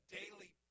daily